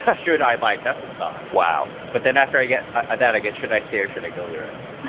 yeah should i buy a tesla stock? wow but then after i get that, i get should i stay or should it go lyrics that